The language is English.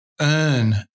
earn